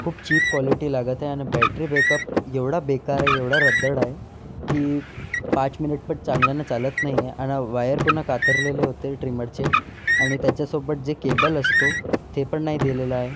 खूप cheap quality लागत आहे आणि बॅटरी बॅकअप एवढा बेकार आहे एवढा रद्दड आहे की पाच मिनिट पण चांगल्यानं चालत नाही आहे आणि वायर पूर्ण कातरलेली होती ट्रीमरची आणि त्याच्यासोबत जे केबल असतो ते पण नाही दिलेलं आहे